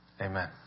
Amen